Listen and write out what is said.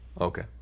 Okay